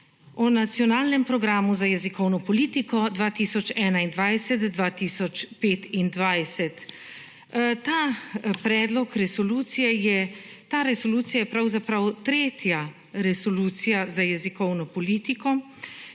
o nacionalnem programu za jezikovno politiko 2021-2025. Ta predlog resolucije je, ta resolucija je pravzaprav tretja resolucija za jezikovno politiko,